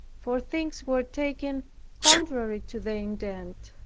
for things were taken contrary to their intent.